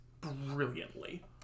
brilliantly